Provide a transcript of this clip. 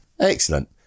Excellent